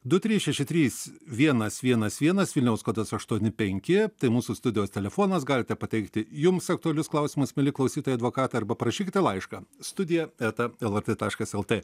du trys šeši trys vienas vienas vienas vilniaus kodas aštuoni penki tai mūsų studijos telefonas galite pateikti jums aktualius klausimus mieli klausytojai advokatai arba parašykite laišką studija eta lrt taškas lt